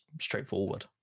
straightforward